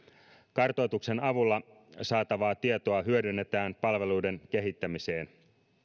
kartoituksen avulla saatavaa tietoa hyödynnetään palveluiden kehittämiseen